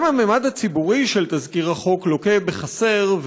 גם הממד הציבורי של תזכיר החוק לוקה בחסר,